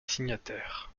signataires